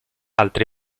altre